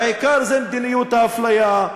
והעיקר זה מדיניות האפליה,